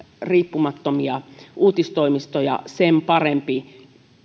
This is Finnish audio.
riippumattomia uutistoimistoja sen parempi